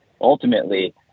ultimately